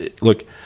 look